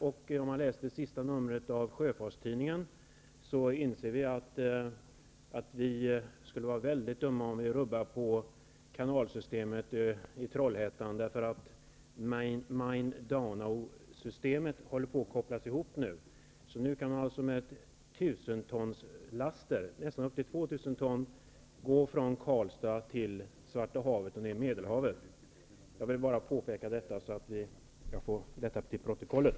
När man läst det senaste numret av Svensk Sjöfarts Tidning inser man att vi skulle vara väldigt dumma om vi rubbade på kanalsystemet i Trollhättan, därför att Main-Donau-systemet nu har kopplats ihop. Man kan alltså med laster upp till 2 000 ton gå från Karlstad till Svarta havet och ner till Medelhavet. Jag ville som sagt påpeka detta till protokollet.